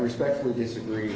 respectfully disagree